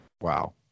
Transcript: Wow